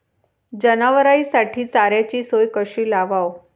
जनावराइसाठी चाऱ्याची सोय कशी लावाव?